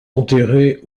enterré